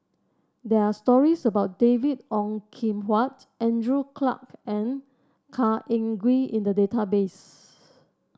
there are stories about David Ong Kim Huat Andrew Clarke and Khor Ean Ghee in the database